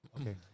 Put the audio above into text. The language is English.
Okay